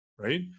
Right